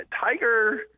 Tiger